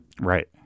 Right